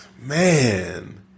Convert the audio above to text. Man